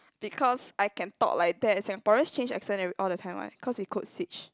because I can talk like that singaporeans change accents eve~ all the time what because we code switch